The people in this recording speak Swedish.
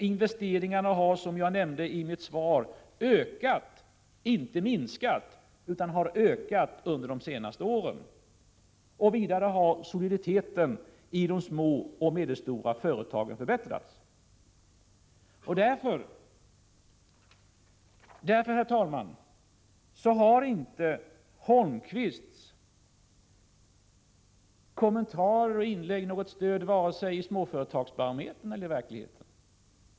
Investeringarna har, som jag nämnde i mitt svar, ökat — inte minskat — under de senaste åren. Vidare har soliditeten i de små och medelstora företagen förbättrats. Därför, herr talman, har inte Erik Holmkvists kommentarer och inlägg något stöd vare sig i Småföretagsbarometern eller i verkligheten.